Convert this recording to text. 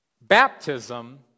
Baptism